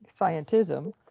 scientism